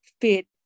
fit